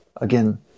again